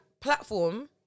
platform